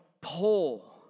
pull